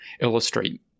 illustrate